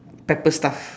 pepper stuff